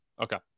Okay